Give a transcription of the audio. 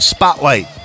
Spotlight